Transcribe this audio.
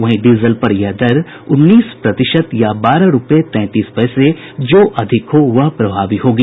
वहीं डीजल पर यह दर उन्नीस प्रतिशत या बारह रूपये तैंतीस पैसे जो अधिक हो वह प्रभावी होगी